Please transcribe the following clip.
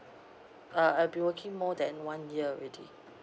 uh I've been working more than one year already